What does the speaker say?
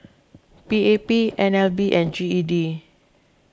P A P N L B and G E D